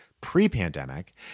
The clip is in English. pre-pandemic